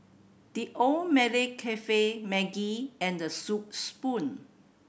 The Old Malaya Cafe Maggi and The Soup Spoon